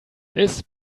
this